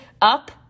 up